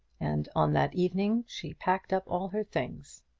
and on that evening she packed up all her things.